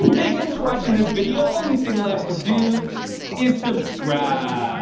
hey, thanks for watching this video. only thing left to do is subscribe.